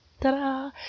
Ta-da